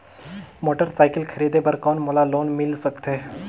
Motorcycle खरीदे बर कौन मोला लोन मिल सकथे?